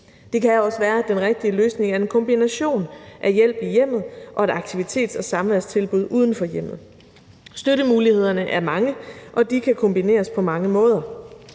Det kan også være, at den rigtige løsning er en kombination af hjælp i hjemmet og et aktivitets- og samværstilbud uden for hjemmet. Støttemulighederne er mange, og de kan kombineres på mange måder.